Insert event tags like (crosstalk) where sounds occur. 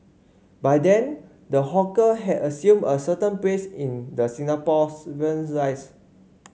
by then the hawker had assumed a certain place in the Singaporean's (unintelligible)